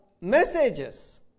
messages